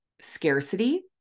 scarcity